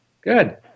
Good